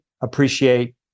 appreciate